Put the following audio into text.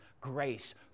grace